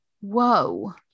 whoa